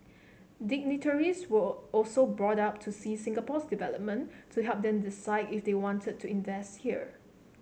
dignitaries were also brought up to see Singapore's development to help them decide if they wanted to invest here